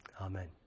Amen